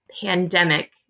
pandemic